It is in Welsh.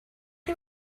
chi